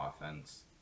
offense